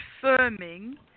confirming